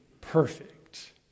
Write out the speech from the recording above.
perfect